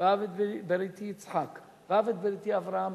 ואף את בריתי יצחק ואף את בריתי אברהם